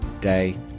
day